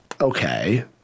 Okay